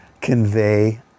convey